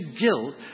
guilt